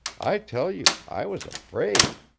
i tell you i was afraid.